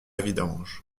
vidange